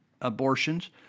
abortions